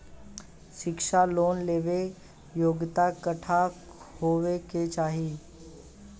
शिक्षा लोन लेवेला योग्यता कट्ठा होए के चाहीं?